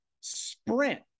sprint